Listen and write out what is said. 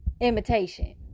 imitation